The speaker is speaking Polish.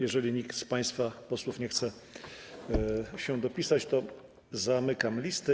Jeżeli nikt z państwa posłów nie chce się dopisać, to zamykam listę.